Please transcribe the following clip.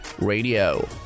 Radio